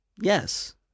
Yes